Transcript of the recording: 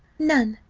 none,